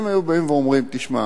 אם היו באים ואומרים: תשמע,